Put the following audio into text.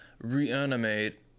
reanimate